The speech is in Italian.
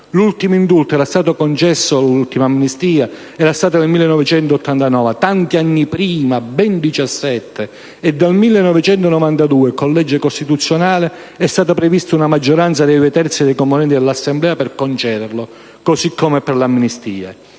L'ultimo indulto era stato concesso nel 1989, tanti anni prima, ben diciassette, e dal 1992, con legge costituzionale, è stata prevista una maggioranza dei due terzi dei componenti delle Assemblee per concederlo, così come per l'amnistia.